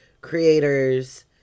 creators